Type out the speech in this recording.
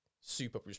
super